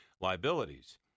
liabilities